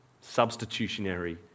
substitutionary